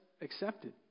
accepted